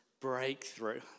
breakthrough